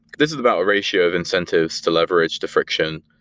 this is about a ratio of incentives to leverage to friction,